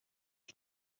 you